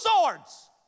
swords